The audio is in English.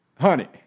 Honey